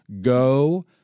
go